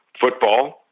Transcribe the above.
football